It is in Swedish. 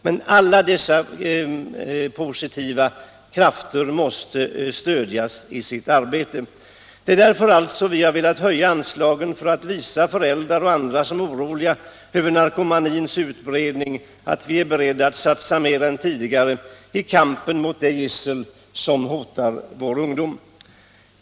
Men alla dessa positiva krafter måste uppmuntras och stödjas. Det är av dessa skäl vi har velat höja anslagen för att visa föräldrar och andra som är oroliga över narkomanins utbredning att vi är beredda att satsa mera än tidigare i kampen mot det gissel som hotar vår ungdom.